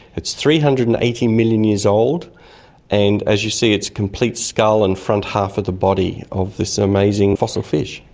it's three hundred and eighty million years old and, as you see, it's the complete skull and front half of the body of this amazing fossil fish.